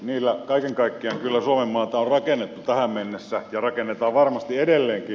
niillä kaiken kaikkiaan kyllä suomenmaata on rakennettu tähän mennessä ja rakennetaan varmasti edelleenkin